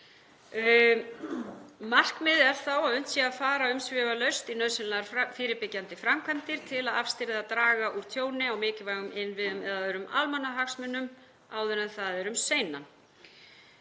Markmiðið er að unnt sé að fara umsvifalaust í nauðsynlegar fyrirbyggjandi framkvæmdir til að afstýra eða draga úr tjóni á mikilvægum innviðum eða öðrum almannahagsmunum áður en það er um seinan.